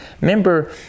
Remember